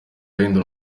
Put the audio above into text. ahindura